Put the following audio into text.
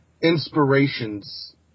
inspirations